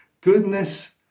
goodness